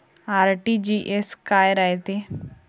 RTGS काय रायते?